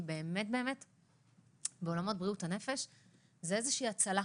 כי באמת בעולמות בריאות הנפש זו איזושהי הצלה.